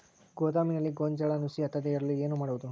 ಗೋದಾಮಿನಲ್ಲಿ ಗೋಂಜಾಳ ನುಸಿ ಹತ್ತದೇ ಇರಲು ಏನು ಮಾಡುವುದು?